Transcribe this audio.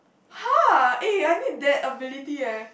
!huh! eh I need that ability leh